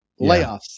Layoffs